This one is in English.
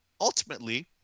ultimately